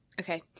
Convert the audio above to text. Okay